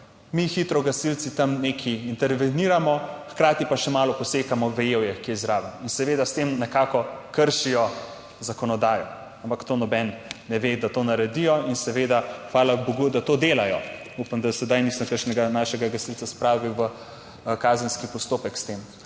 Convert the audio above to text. mi hitro gasilci tam nekaj interveniramo, hkrati pa še malo posekamo vejevje, ki je zraven in seveda, s tem nekako kršijo zakonodajo, ampak to noben ne ve, da to naredijo in seveda hvala bogu, da to delajo. Upam, da sedaj nisem kakšnega našega gasilca spravil v kazenski postopek s tem.